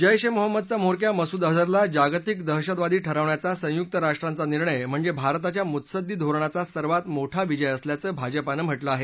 जैश ए मोहम्मदचा म्होरक्या मसूद अजहरला जागतिक दहशतवादी ठरवण्याचा संयुक राष्ट्रांचा निर्णय म्हणजे भारताच्या मुत्सद्दी धोरणाचा सर्वात मोठा विजय असल्याचं भाजपानं म्हटलं आहे